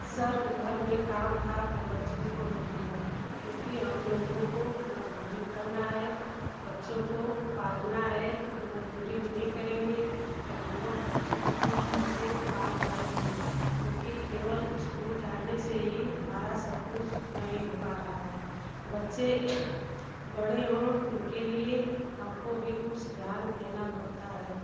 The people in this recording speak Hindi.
सर घर में काम था तो बच्चों को रोक लिया क्योंकि हम लोगों को मजदूरी करना है बच्चों को पालना हेे मजदूरी नहीं करेंगे तो हम लोग बच्चों को कैसे पाल पाएंगे क्योंकि केवल ईस्कूल जाने से ही हमारा सब कुछ नहीं हो पा रहा है बच्चे बड़े हों इनके लिए हमको भी कुछ ध्यान देना पड़ता है